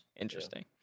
interesting